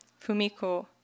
Fumiko